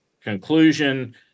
conclusion